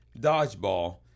Dodgeball